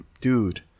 Dude